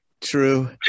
True